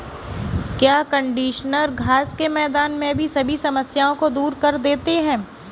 क्या कंडीशनर घास के मैदान में सभी समस्याओं को दूर कर देते हैं?